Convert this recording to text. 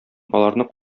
аларны